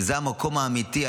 שזה המקום האמיתי,